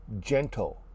gentle